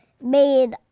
made